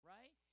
Right